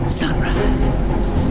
sunrise